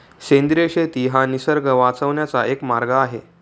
सेंद्रिय शेती हा निसर्ग वाचवण्याचा एक मार्ग आहे